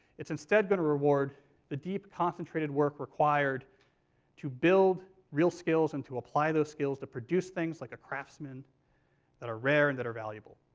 it's instead going to reward the deep, concentrated work required to build real skills and to apply those skills to produce things like a craftsman that are rare and that are valuable.